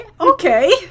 Okay